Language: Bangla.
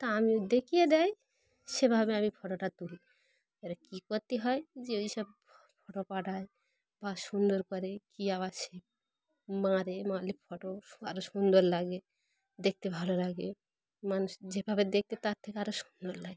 তা আমিও দেখিয়ে দেয় সেভাবে আমি ফটোটা তুলি এবার কী করতে হয় যে ওই সব ফটো পাঠায় বা সুন্দর করে কী আবার সে মারে মারলে ফটো আরও সুন্দর লাগে দেখতে ভালো লাগে মানুষ যেভাবে দেখতে তার থেকে আরও সুন্দর লাগে